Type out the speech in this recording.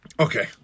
Okay